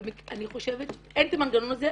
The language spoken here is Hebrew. אני חושבת --- אין את המנגנון הזה,